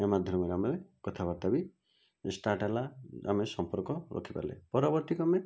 ଏହା ମାଧ୍ୟମରେ ଆମେ କଥାବାର୍ତ୍ତା ବି ଷ୍ଟାର୍ଟ ହେଲା ଆମେ ସମ୍ପର୍କ ରଖିପାରିଲେ ପରବର୍ତ୍ତୀ କ୍ରମେ